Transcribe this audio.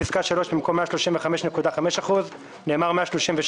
(ג)בפסקה (3), במקום "135.5%" נאמר "137.5%".